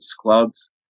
clubs